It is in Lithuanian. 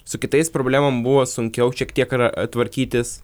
su kitais problemom buvo sunkiau šiek tiek ra tvarkytis